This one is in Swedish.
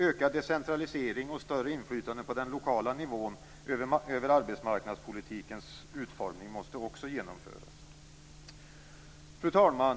Ökad decentralisering och större inflytande på den lokala nivån över arbetsmarknadspolitikens utformning måste också genomföras. Fru talman!